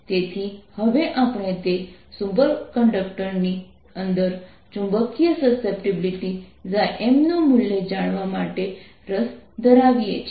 તેથી હવે આપણે તે સુપરકન્ડક્ટરની અંદર ચુંબકીય સસેપ્ટિબિલિટી Mનું મૂલ્ય જાણવા માટે રસ ધરાવીએ છીએ